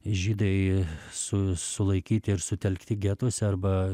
žydai su sulaikyti ir sutelkti getuose arba